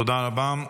תודה רבה.